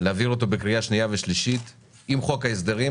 להעביר אותו בקריאה שנייה ושלישית עם חוק ההסדרים